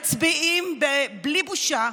ומצביעים בלי בושה